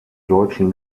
deutschen